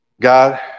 God